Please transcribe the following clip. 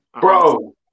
Bro